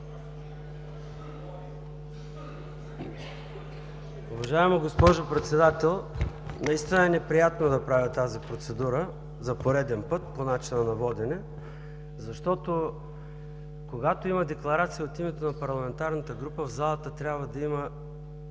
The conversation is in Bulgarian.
Уважаема госпожо Председател! Наистина е неприятно да правя тази процедура за пореден път – по начина на водене, защото, когато има Декларация от името на парламентарна група, в залата трябва да има